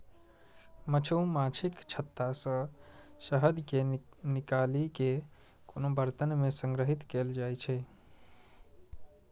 मछुमाछीक छत्ता सं शहद कें निकालि कें कोनो बरतन मे संग्रहीत कैल जाइ छै